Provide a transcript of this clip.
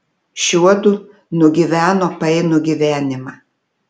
šiuodu nugyveno painų gyvenimą